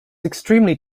extremely